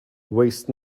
waste